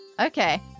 Okay